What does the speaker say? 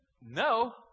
No